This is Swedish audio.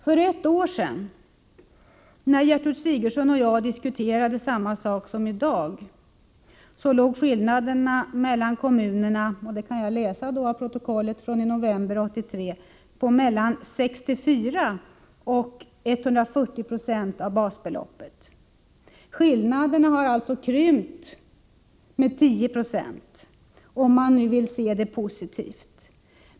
För ett år sedan, när Gertrud Sigurdsen och jag diskuterade samma sak som i dag, låg skillnaderna mellan kommunerna, kan jag läsa av protokollet från november 1983, på 64-140 26 av basbeloppet. Skillnaderna har alltså krympt med 10 90, om man nu vill se det positivt.